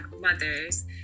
mothers